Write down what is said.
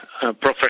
professional